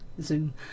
Zoom